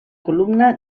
columna